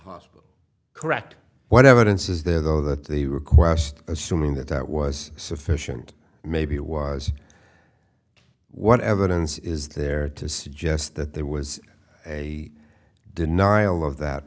right correct what evidence is there though that the request assuming that that was sufficient maybe was what evidence is there to suggest that there was a denial of that